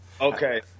Okay